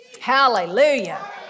Hallelujah